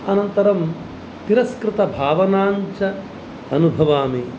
अनन्तरं तिरस्कृतभावनां च अनुभवामि